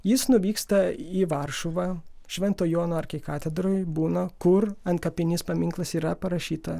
jis nuvyksta į varšuvą švento jono arkikatedroj būna kur antkapinis paminklas yra parašyta